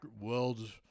world